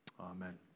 Amen